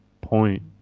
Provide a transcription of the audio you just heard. point